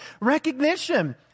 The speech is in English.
Recognition